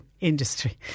industry